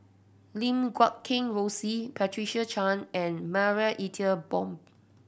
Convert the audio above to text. Lim Guat Kheng Rosie Patricia Chan and Marie Ethel Bong